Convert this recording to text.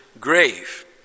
grave